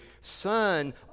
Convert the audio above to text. Son